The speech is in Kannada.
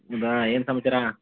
ಹೌದಾ ಏನು ಸಮಾಚಾರ